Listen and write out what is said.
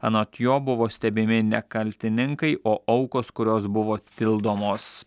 anot jo buvo stebimi ne kaltininkai o aukos kurios buvo tildomos